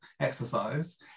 exercise